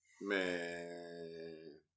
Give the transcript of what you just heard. man